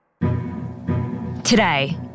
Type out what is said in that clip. Today